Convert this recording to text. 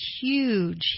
huge